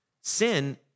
Sin